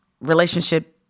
relationship